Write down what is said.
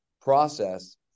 process